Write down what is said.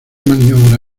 maniobra